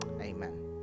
Amen